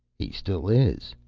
he still is,